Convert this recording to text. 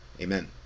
Amen